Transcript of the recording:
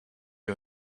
you